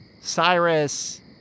Cyrus